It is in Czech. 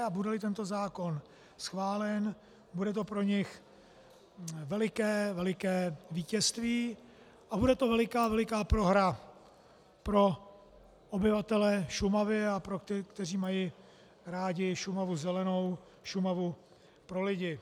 A budeli tento zákon schválen, bude to pro ně veliké, veliké vítězství a bude to veliká, veliká prohra pro obyvatele Šumavy a pro ty, kteří mají rádi Šumavu zelenou, Šumavu pro lidi.